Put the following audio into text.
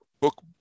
book